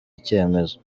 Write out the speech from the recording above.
icyemezo